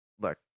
look